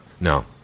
No